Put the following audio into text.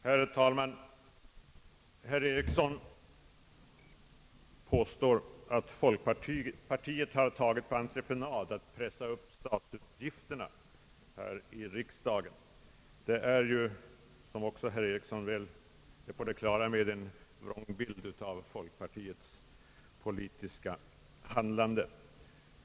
Herr talman! Herr Einar Eriksson påstår att folkpartiet har tagit på entreprenad att här i riksdagen pressa upp statsutgifterna. Det är, som också herr Eriksson väl är på det klara med, en vrångbild av folkpartiets politiska handlande.